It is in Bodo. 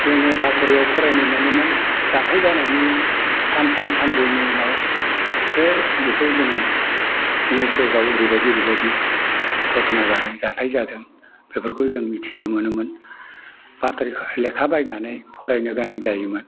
जोङो बातरियाव फरायनो मोनोमोन जाथाय जानायनि सानथाम सानब्रैनि उनावसो बेखौ जोङो अमुक जायगायाव ओरैबायदि ओरैबायदि घटना जानाय जाथाय जादों बेफोरखौ जों मिथिनो मोनोमोन बातरि लेखा बायनानै फरायनो गोनां जायोमोन